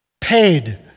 Paid